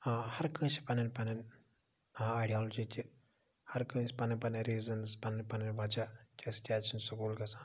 ہاں ہَر کٲنٛسہِ چھِ پَنٕنۍ پَنٕنۍ آیڈیالجی کہِ ہَر کٲنٛسہِ پَنٕنۍ پَنٕنٛۍ ریٖزنٕز پَنٕنۍ پَنٕنۍ وَجہ کہِ أسۍ کیٛازِ چھِنہٕ سکوٗل گَژھان